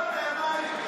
את מפריעה לי לדבר עכשיו.